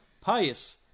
pious